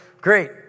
Great